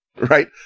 right